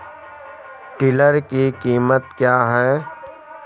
Tiller की कीमत क्या है?